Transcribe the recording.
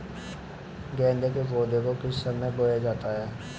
गेंदे के पौधे को किस समय बोया जाता है?